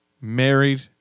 married